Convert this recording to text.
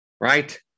right